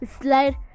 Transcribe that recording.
slide